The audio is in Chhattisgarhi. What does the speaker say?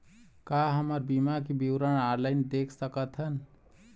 का हमर बीमा के विवरण ऑनलाइन देख सकथन?